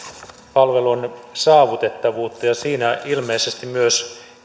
palvelun saavutettavuutta ja siinä ilmeisesti myös